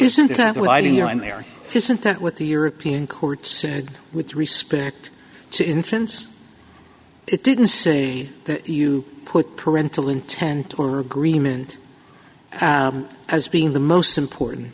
and there isn't that what the european court said with respect to infants it didn't say that you put parental intent or agreement as being the most important